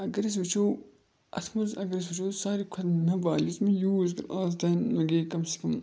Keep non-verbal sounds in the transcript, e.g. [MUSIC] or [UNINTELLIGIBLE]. اگر أسۍ وٕچھو اَتھ منٛز اگر أسۍ وٕچھو ساروی کھۄتہٕ [UNINTELLIGIBLE] یُس مےٚ یوٗز کٔرۍ آز تام مےٚ گٔے کَم سے کَم